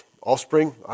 Offspring